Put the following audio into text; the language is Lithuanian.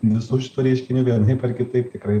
visų šitų reiškinių vienaip ar kitaip tikrai